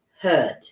hurt